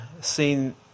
seen